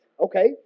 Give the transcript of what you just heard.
Okay